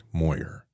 moyer